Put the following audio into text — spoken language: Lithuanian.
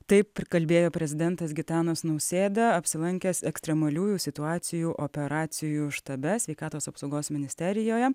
taip prikalbėjo prezidentas gitanas nausėda apsilankęs ekstremaliųjų situacijų operacijų štabe sveikatos apsaugos ministerijoje